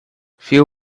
few